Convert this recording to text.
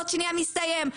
בעוד שנייה זה מסתיים.